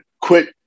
quit